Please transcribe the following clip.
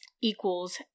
equals